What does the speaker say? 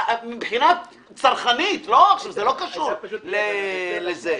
מבחינה צרכנית, זה לא קשור לזה,